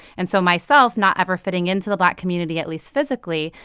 and so myself, not ever fitting into the black community, at least physically,